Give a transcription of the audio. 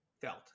felt